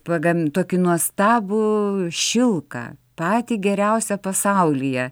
pagam tokį nuostabų šilką patį geriausią pasaulyje